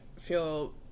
feel